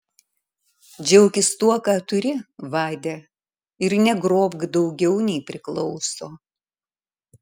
džiaukis tuo ką turi vade ir negrobk daugiau nei priklauso